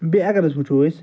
بیٚیہِ اَگر أسۍ وُچھُو أسۍ